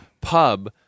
Pub